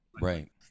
Right